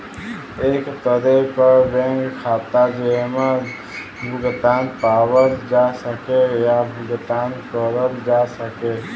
एक तरे क बैंक खाता जेमन भुगतान पावल जा सके या भुगतान करल जा सके